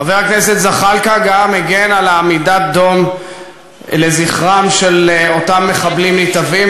חבר הכנסת זחאלקה גם הגן על עמידת דום לזכרם של אותם מחבלים מתאבדים,